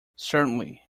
certainly